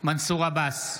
מנסור עבאס,